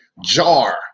jar